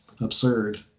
absurd